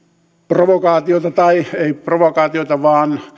provokaatioita tai ei provokaatioita vaan